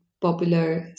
popular